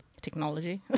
Technology